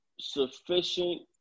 sufficient